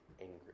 angry